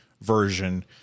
version